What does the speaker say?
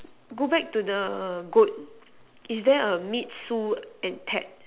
go back to the goat is there a meet sew intact